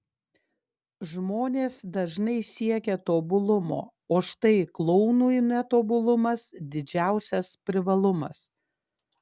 žmonės dažnai siekia tobulumo o štai klounui netobulumas didžiausias privalumas